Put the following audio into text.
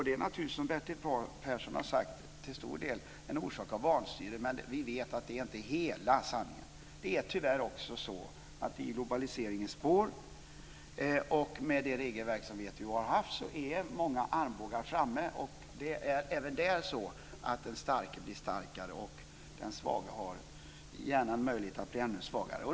Det är naturligtvis, som Bertil Persson har sagt - till stor del orsakat av vanstyre, men vi vet att det inte är hela sanningen. Det är tyvärr också så att många armbågar är framme i globaliseringens spår och med det regelverk som WTO har haft. Det är även där så att den starke blir starkare och den svaga löper en risk att bli ännu svagare.